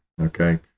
okay